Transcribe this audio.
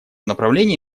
направлении